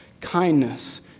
kindness